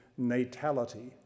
natality